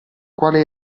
quale